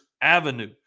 Avenue